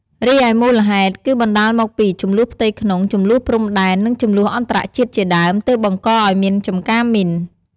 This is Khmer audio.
រីឯមូលហេតុ គឺបណ្តាលមកពី ជម្លោះផ្ទៃក្នុង ជម្លោះព្រំដែន និងជម្លោះអន្តរជាតិជាដើម ទើបបង្ករឲ្យមានចំការមីន។